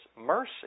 mercy